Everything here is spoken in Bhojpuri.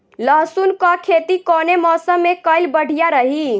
लहसुन क खेती कवने मौसम में कइल बढ़िया रही?